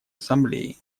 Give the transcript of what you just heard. ассамблеи